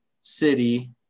city